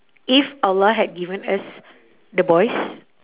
if allah had given us the boys